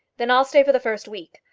then i'll stay for the first week.